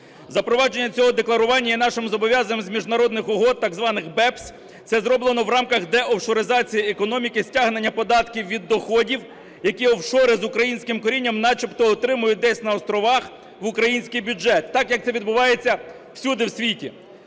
Запровадження цього декларування є нашим зобов'язанням з міжнародних угод, так званих BEPS. Це зроблено в рамках деофшоризації економіки, стягнення податків від доходів, які офшори з українським корінням начебто отримують десь на островах, в український бюджет, так, як це відбувається всюди в світі.